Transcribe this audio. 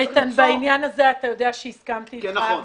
איתן, בעניין הזה אתה יודע שהסכמתי איתך.